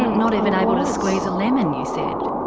not even able to squeeze a lemon, you said.